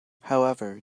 however